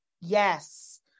yes